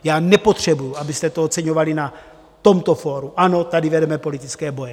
Já nepotřebuji, abyste to oceňovali na tomto fóru, ano, tady vedeme politické boje.